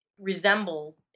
resemble